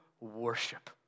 worship